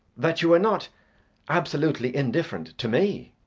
that you were not absolutely indifferent to me.